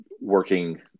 working